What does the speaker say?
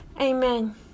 Amen